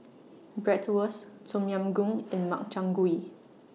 Bratwurst Tom Yam Goong and Makchang Gui